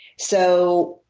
so